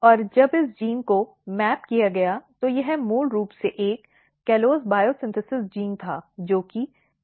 और जब इस जीन को मैप किया गया तो यह मूल रूप से एक कॉलोस बायोसिंथेसिस जीन था जो कि CAL3 है